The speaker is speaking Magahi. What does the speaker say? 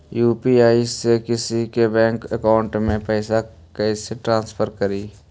यु.पी.आई से किसी के बैंक अकाउंट में पैसा कैसे ट्रांसफर करी?